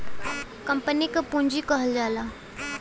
company क पुँजी कहल जाला